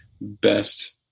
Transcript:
best